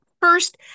First